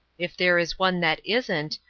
if there is one that isn't,